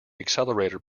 accelerator